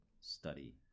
study